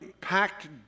packed